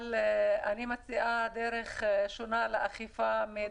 אני מציעה דרך שונה לאכיפה.